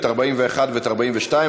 את 41 ואת 42,